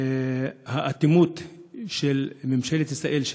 האטימות של ממשלת ישראל,